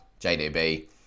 JDB